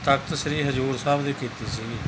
ਤਖ਼ਤ ਸ੍ਰੀ ਹਜ਼ੂਰ ਸਾਹਿਬ ਦੀ ਕੀਤੀ ਸੀਗੀ